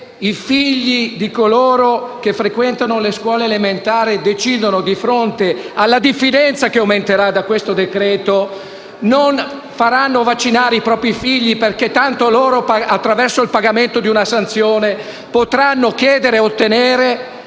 i figli di coloro che frequentano le scuole elementari decidono, di fronte alla diffidenza che aumenterà in seguito a questo decreto-legge, di non far vaccinare i propri figli perché tanto, attraverso il pagamento della sanzione, potranno chiedere e ottenere